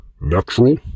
natural